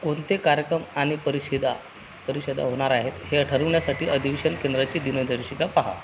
कोणते कार्यक्रम आणि परिषदा परिषदा होणार आहेत हे ठरवण्यासाठी अधिवेशन केंद्राची दिनदर्शिका पहा